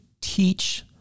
teach